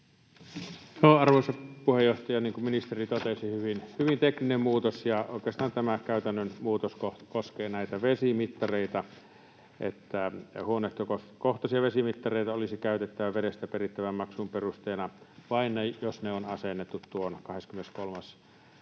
Arvoisa puheenjohtaja! Niin kuin ministeri totesi, tämä on hyvin tekninen muutos. Oikeastaan tämä käytännön muutos koskee näitä vesimittareita, eli huoneistokohtaisia vesimittareita olisi käytettävä vedestä perittävän maksun perusteena vain, jos ne on asennettu tuon 23.